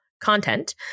content